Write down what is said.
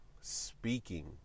speaking